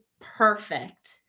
perfect